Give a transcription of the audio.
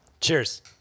Cheers